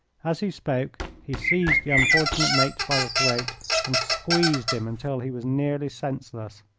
as he spoke he seized the unfortunate mate by the throat and squeezed him until he was nearly senseless.